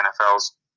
NFL's